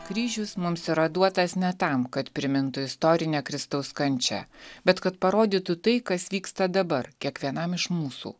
kryžius mums yra duotas ne tam kad primintų istorinę kristaus kančią bet kad parodytų tai kas vyksta dabar kiekvienam iš mūsų